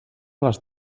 les